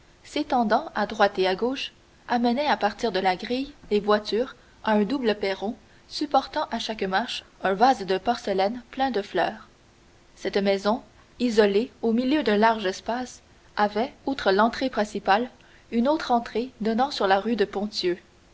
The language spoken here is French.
s'étendant à droite et à gauche amenaient à partir de la grille les voitures à un double perron supportant à chaque marche un vase de porcelaine plein de fleurs cette maison isolée au milieu d'un large espace avait outre l'entrée principale une autre entrée donnant sur la rue de ponthieu